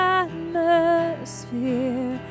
atmosphere